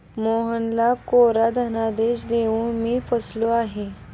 मोहनला कोरा धनादेश देऊन मी फसलो आहे